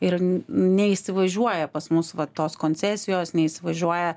ir neįsivažiuoja pas mus va tos koncesijos neįsivažiuoja